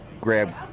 grab